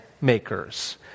makers